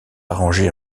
arrangés